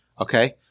Okay